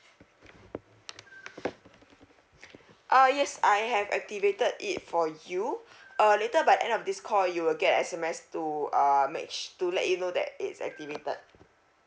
ah yes I have activated it for you uh later by end of this call you will get an S_M_S to uh make sh~ to let you know that it's activated